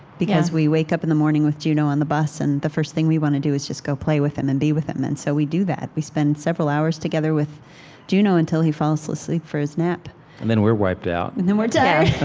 because we wake up in the morning with juno on the bus, and the first thing we want to do is just go play with him and be with him, and so we do that. we spend several hours together with juno until he falls asleep for his nap and then we're wiped out and then we're tired